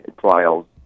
trials